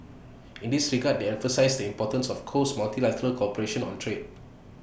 in this regard they emphasised the importance of close multilateral cooperation on trade